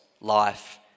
life